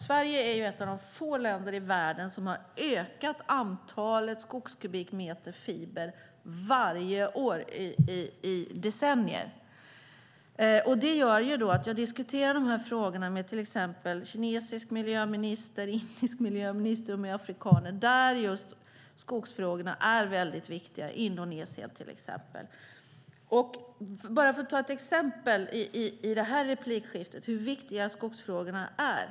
Sverige är ett av de få länder i världen som har ökat antalet skogskubikmeter fiber varje år i decennier. Jag har diskuterat dessa frågor med till exempel den kinesiske miljöministern, den indiske miljöministern och med afrikaner. Där är skogsfrågorna väldigt viktiga. Det gäller också till exempel Indonesien. Jag ska ta ett exempel i detta inlägg på hur viktiga skogsfrågorna är.